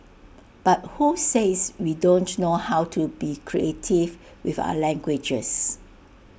but who says we don't know how to be creative with our languages